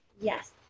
Yes